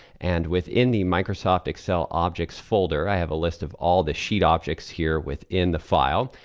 and within the microsoft excel objects folder i have a list of all the sheet objects here within the file.